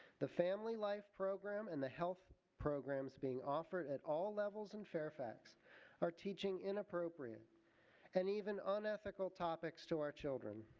the family life program and the health programs being offered at all levels in fairfax are teaching inappropriate and even unethical topics to our children.